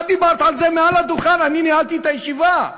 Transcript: את דיברת על זה מעל הדוכן, אני ניהלתי את הישיבה.